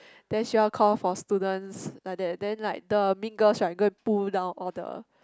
then she want to call for students like that then like the mean girls right go and pull down all the